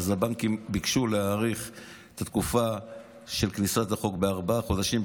הבנקים ביקשו להאריך את התקופה של כניסת החוק בארבעה חודשים,